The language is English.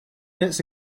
minutes